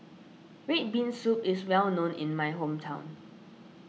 Red Bean Soup is well known in my hometown